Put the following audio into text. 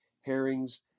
herrings